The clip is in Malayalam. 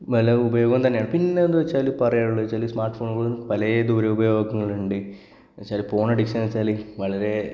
നല്ല ഉപയോഗം തന്നെയാണ് പിന്നെയെന്താന്നു വെച്ചാൽ പറയാനുള്ളതെന്നാൽ വെച്ചാൽ സ്മാര്ട്ട് ഫോണുകൾ പലേ ദുരുപയോഗങ്ങളുണ്ട് എന്നുവെച്ചാൽ പോണ് അഡിക്ഷന് എന്നു വെച്ചാൽ വളരെ